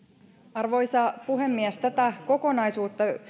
arvoisa puhemies tätä kokonaisuutta